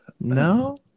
No